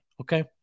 okay